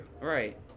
Right